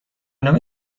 نامه